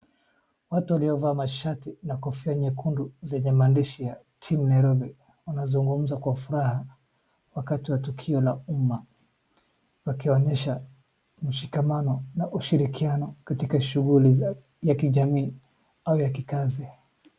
Watu waliovaa mashati na kofia nyekundu zenye maandishi ya Team Nairobi waanzungumza kwa furaha wakati wa tukio la umma, wakionyesha mshikamano na ushirikiano katika shughuli ya kijamii au ya kikazi.